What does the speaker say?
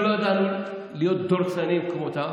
לא ידענו להיות דורסניים כמותם.